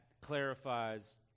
clarifies